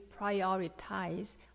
prioritize